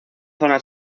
zona